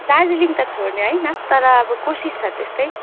दार्जिलिङ त छोड्ने हैन तर अब कोसिस छ त्यस्तै